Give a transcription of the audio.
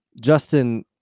Justin